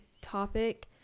topic